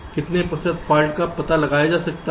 कितने प्रतिशत फाल्ट का पता लगाया जा सकता है